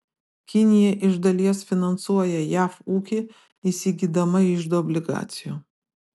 kinija iš dalies finansuoja jav ūkį įsigydama iždo obligacijų